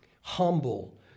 humble